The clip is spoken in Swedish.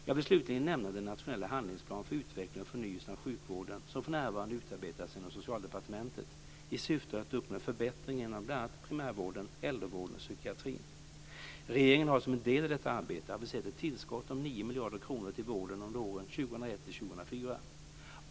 Jag vill slutligen nämna den nationella handlingsplan för utveckling och förnyelse av sjukvården som för närvarande utarbetas inom Socialdepartementet i syfte att uppnå förbättringar inom bl.a. primärvården, äldrevården och psykiatrin. Regeringen har som en del i detta arbete aviserat ett tillskott om 9 miljarder kronor till vården under åren 2001-2004.